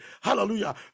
Hallelujah